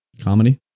comedy